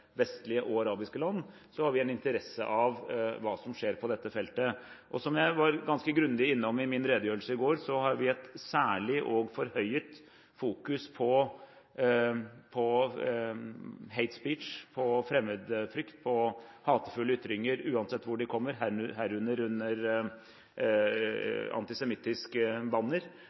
vestlige og arabiske land, har vi en interesse av hva som skjer på dette feltet. Som jeg var ganske grundig innom i min redegjørelse i går, har vi et særlig og forhøyet fokus på «hate speech», på fremmedfrykt, på hatefulle ytringer, uansett hvorfra de kommer, herunder under antisemittisk banner.